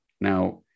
Now